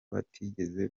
batigeze